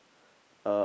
uh